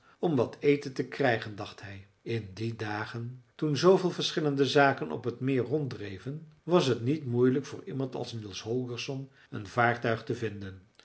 om wat eten te krijgen dacht hij in die dagen toen zooveel verschillende zaken op het meer ronddreven was het niet moeielijk voor iemand als niels holgersson een vaartuig te vinden